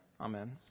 Amen